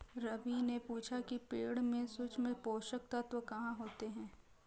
रवि ने पूछा कि पेड़ में सूक्ष्म पोषक तत्व कहाँ होते हैं?